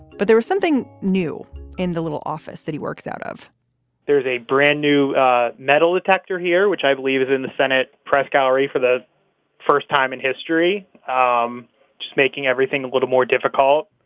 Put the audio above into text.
but there was something new in the little office that he works out of there's a brand new metal detector here, which i believe is in the senate press gallery for the first time in history, um just making everything a little more difficult,